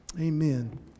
Amen